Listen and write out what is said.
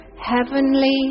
heavenly